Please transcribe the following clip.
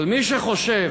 אבל מי שחושב